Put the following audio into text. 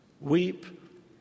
Weep